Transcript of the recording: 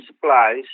supplies